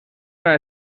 una